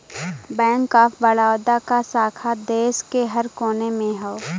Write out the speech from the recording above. bank of Baroda क शाखा देश के हर कोने में हौ